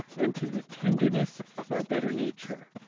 and to the tenderness of our better nature.